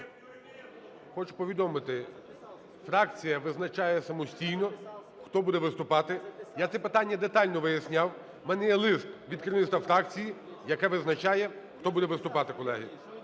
Хочу повідомити, фракція визначає самостійно, хто буде виступати. Я це питання детально виясняв. У мене є лист від керівництва фракції, який визнає, хто буде виступати, колеги.